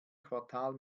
quartal